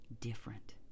different